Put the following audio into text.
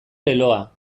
leloa